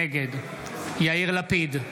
נגד יאיר לפיד,